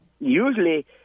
usually